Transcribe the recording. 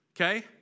okay